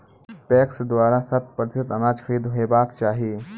PACS द्वारा शत प्रतिसत अनाज खरीद हेवाक चाही?